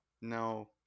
No